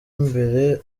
mbere